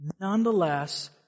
Nonetheless